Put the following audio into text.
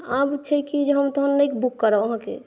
आब छै की जे हम तहन नहि बुक करब अहाँके